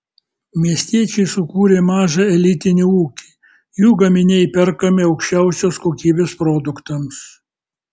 miestiečiai sukūrė mažą elitinį ūkį jų gaminiai perkami aukščiausios kokybės produktams